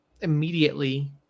immediately